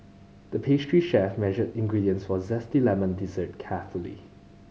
the pastry chef measured ingredients for a zesty lemon dessert carefully